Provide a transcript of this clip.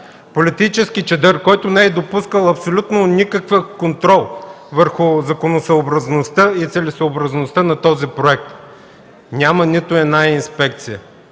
политически чадър, който не е допускал абсолютно никакъв контрол върху законосъобразността и целесъобразността на проекта „Белене”! Няма нито една инспекция,